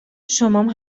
شمام